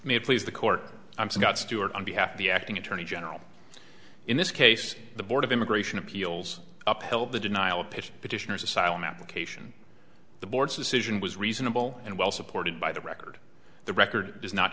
it please the court i'm scott stewart on behalf of the acting attorney general in this case the board of immigration appeals uphill the denial of pitch petitioners asylum application the board's decision was reasonable and well supported by the record the record does not